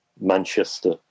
Manchester